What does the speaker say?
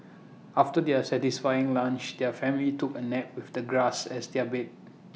after their satisfying lunch their family took A nap with the grass as their bed